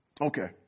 Okay